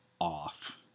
off